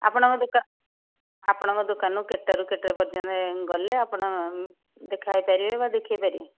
ଆପଣଙ୍କ ଦୋକାନ ଆପଣଙ୍କ ଦୋକାନରେ କେତେରୁ କେତେ ପର୍ଯ୍ୟନ୍ତ ଗଲେ ଆପଣ ଦେଖା ହେଇପାରିବେ ବା ଦେଖାଇ ପାରିବେ